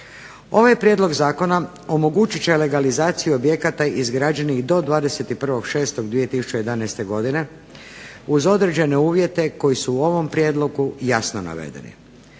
Ovaj prijedlog zakona omogućit će legalizaciju objekata izgrađenih do 21.06.2011. godine uz određene uvjete koji su u ovom prijedlogu jasno navedeni.